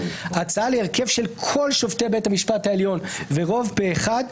הצעה להרכב של כל שופטי בית המשפט העליון ורוב פה אחד,